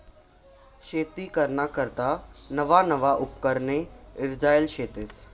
शेती कराना करता नवा नवा उपकरणे ईजायेल शेतस